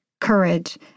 courage